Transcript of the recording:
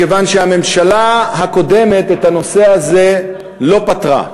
מכיוון שהממשלה הקודמת, את הנושא הזה לא פתרה.